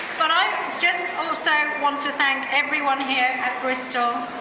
but i just also want to thank everyone here at bristol,